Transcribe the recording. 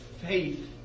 faith